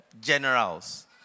generals